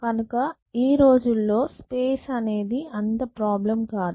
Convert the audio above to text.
కనుక ఈ రోజుల్లో స్పేస్ అనేది అంత ప్రాబ్లెమ్ కాదు